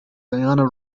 diana